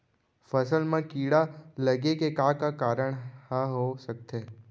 फसल म कीड़ा लगे के का का कारण ह हो सकथे?